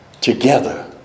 together